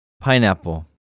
Pineapple